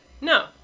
No